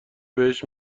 بهش